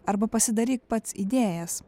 arba pasidaryk pats idėjas